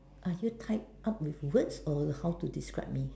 are you tied up with words or how to describe me